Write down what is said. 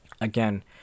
Again